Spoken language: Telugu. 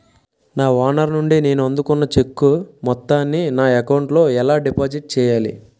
నా ఓనర్ నుండి నేను అందుకున్న చెక్కు మొత్తాన్ని నా అకౌంట్ లోఎలా డిపాజిట్ చేయాలి?